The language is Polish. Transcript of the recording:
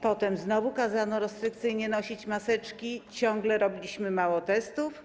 Potem znowu kazano restrykcyjnie nosić maseczki, ciągle robiliśmy mało testów.